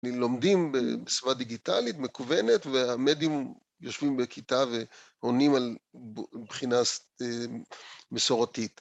לומדים בשפה דיגיטלית, מקוונת, והמדים יושבים בכיתה ועונים מבחינה מסורתית.